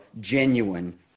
genuine